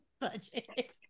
budget